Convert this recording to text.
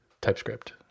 TypeScript